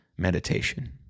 Meditation